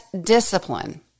discipline